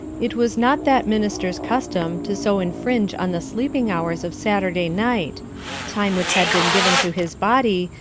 it was not that minister's custom to so infringe on the sleeping hours of saturday night time which had been given to his body,